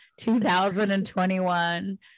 2021